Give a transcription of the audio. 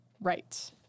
right